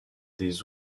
des